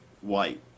white